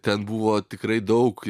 ten buvo tikrai daug